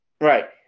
Right